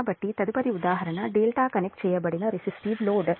కాబట్టి తదుపరి ఉదాహరణ ∆ కనెక్ట్ చేయబడిన రెసిస్టివ్ లోడ్